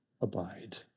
abide